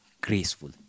graceful